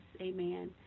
Amen